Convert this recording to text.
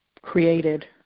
created